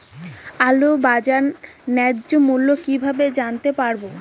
আলুর বাজার ন্যায্য মূল্য কিভাবে জানতে পারবো?